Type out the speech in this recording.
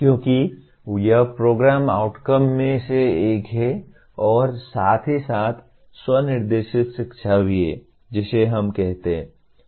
क्योंकि यह programme outcome में से एक है और साथ ही साथ स्व निर्देशित शिक्षा भी है जिसे हम कहते हैं